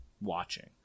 watching